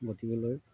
গতিকেলৈ